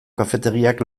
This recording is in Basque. kafetegiak